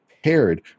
Paired